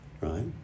right